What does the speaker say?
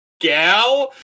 gal